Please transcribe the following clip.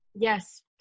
yes